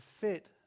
fit